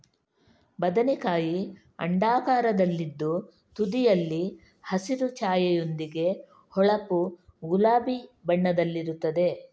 ಬದನೆಕಾಯಿ ಅಂಡಾಕಾರದಲ್ಲಿದ್ದು ತುದಿಯಲ್ಲಿ ಹಸಿರು ಛಾಯೆಯೊಂದಿಗೆ ಹೊಳಪು ಗುಲಾಬಿ ಬಣ್ಣದಲ್ಲಿರುತ್ತದೆ